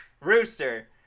Rooster